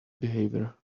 behavior